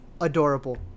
Adorable